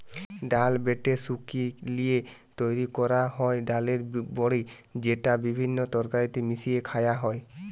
ডাল বেটে শুকি লিয়ে তৈরি কোরা হয় ডালের বড়ি যেটা বিভিন্ন তরকারিতে মিশিয়ে খায়া হয়